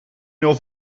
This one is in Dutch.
nul